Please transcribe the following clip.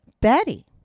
Betty